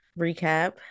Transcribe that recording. recap